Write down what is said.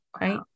right